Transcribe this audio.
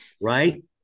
Right